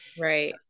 right